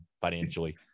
financially